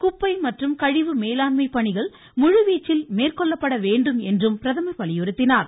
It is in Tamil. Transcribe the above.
குப்பை மற்றும் கழிவு மேலாண்மை பணிகள் முழுவீச்சில் மேற்கொள்ளப்பட வேண்டும் என என்றும் பிரதமர் வலியுறுத்தினார்